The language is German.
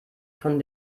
von